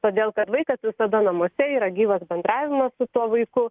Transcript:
todėl kad vaikas visada namuose yra gyvas bendravimas su tuo vaiku